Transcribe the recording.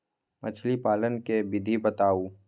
मछली पालन के विधि बताऊँ?